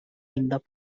இந்த